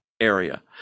area